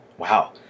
Wow